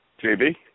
JB